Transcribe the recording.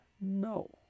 No